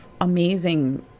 amazing